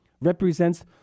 represents